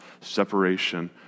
separation